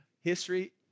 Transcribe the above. history